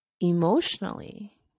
Emotionally